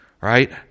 Right